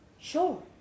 Sure